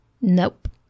Nope